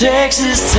Texas